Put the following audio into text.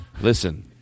Listen